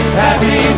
happy